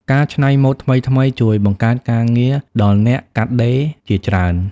ការច្នៃម៉ូដថ្មីៗជួយបង្កើតការងារដល់អ្នកកាត់ដេរជាច្រើន។